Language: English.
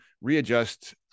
readjust